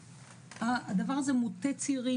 הדבר הזה מוטה צעירים.